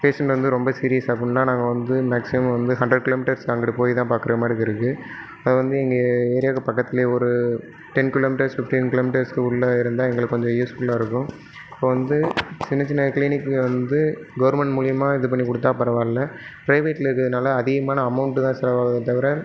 patient வந்து ரொம்ப serious அப்புட்னா நாங்கள் வந்து மேக்ஸிமம் வந்து ஹண்ட்ரட் கிலோமீட்டர்ஸ் அங்குட்டு போய்தான் பார்க்குறமாரி இருக்கு அது வந்து எங்கள் ஏரியாவுக்கு பக்கத்துல ஒரு டென் கிலோமீட்டர்ஸ் ஃபிஃப்டின் கிலோமீட்டர்ஸ் உள்ள இருந்தா எங்களுக்கு வந்து யூஸ்ஃபுல்லாக இருக்கு இப்போ வந்து சின்னச்சின்ன கிளினிக்கு வந்து கவர்மெண்ட் மூலியமாக இது பண்ணி கொடுத்தா பரவாயில்ல ப்ரைவேட்டில் இருக்கிறதுனால அதிகமான அமௌண்டு தான் செலவாவுதே தவிர